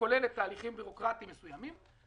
שכוללת תהליכים בירוקרטיים מסוימים.